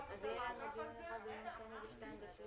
ילך להליך של חקיקה.